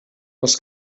was